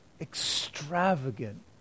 extravagant